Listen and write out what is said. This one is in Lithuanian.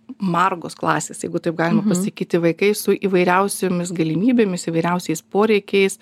margos klasės jeigu taip galima pasakyti vaikai su įvairiausiomis galimybėmis įvairiausiais poreikiais